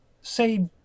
say